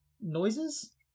noises